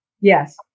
Yes